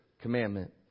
commandment